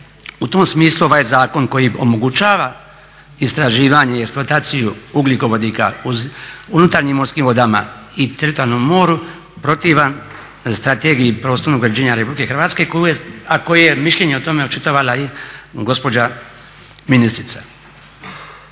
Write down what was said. u tom smislu ovaj zakon koji omogućava istraživanje i eksploataciju ugljikovodika u unutarnjim morskim vodama i teritorijalnom moru protivan Strategiji prostornog uređenja RH a koji je mišljenje o tome očitovala i gospođa ministrica.